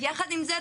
ויחד עם זה,